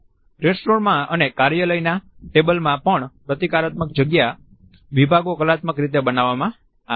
રેસ્ટોરાંમાં અને કાર્યાલય ના ટેબલ માં પણ પ્રતીકાત્મક જગ્યા વિભાગો કલાત્મક રીતે બનાવવામાં આવે છે